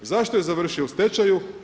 Zašto je završio u stečaju?